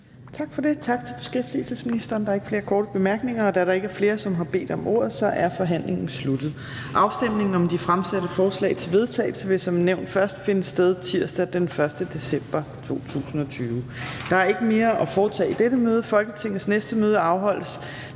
Torp): Tak til beskæftigelsesministeren. Der er ikke flere korte bemærkninger. Da der ikke er flere, der har bedt om ordet, er forhandlingen sluttet. Afstemningen om de fremsatte forslag til vedtagelse vil som nævnt først finde sted tirsdag den 1. december 2020. --- Kl. 14:53 Meddelelser fra formanden Fjerde næstformand